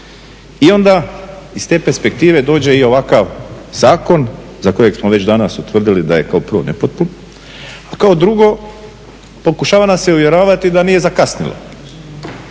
I onda iz te perspektive dođe i ovakav zakon za kojeg smo već danas utvrdili da je kao prvo nepotpun, a kao drugo pokušavaju nas uvjeravati da nije zakasnilo,